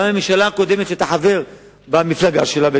גם בממשלה הקודמת שאתה חבר במפלגה שלה,